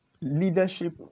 leadership